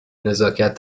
نزاکت